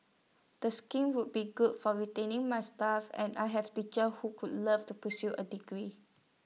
the scheme would be good for retaining my staff and I have teachers who could love to pursue A degree